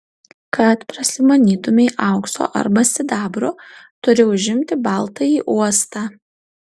kad prasimanytumei aukso arba sidabro turi užimti baltąjį uostą